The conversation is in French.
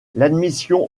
l’admission